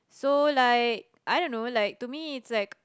so like I don't know like to me it's like